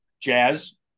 Jazz